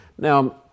Now